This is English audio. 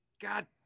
God